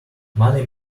money